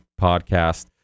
podcast